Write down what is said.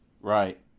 right